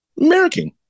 American